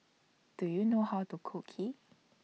Do YOU know How to Cook Kheer